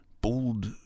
bold